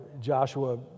Joshua